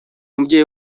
mubyeyi